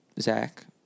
Zach